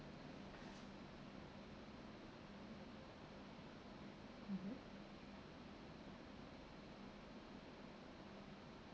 mmhmm